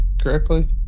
correctly